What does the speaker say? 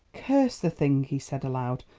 curse the thing! he said aloud,